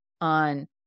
on